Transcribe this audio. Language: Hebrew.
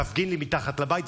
תפגין לי מתחת לבית,